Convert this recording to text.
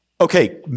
Okay